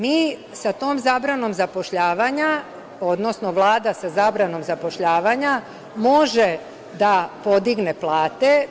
Mi sa tom zabranom zapošljavanja, odnosno Vlada sa zabranom zapošljavanja može da podigne plate.